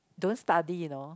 don't study you know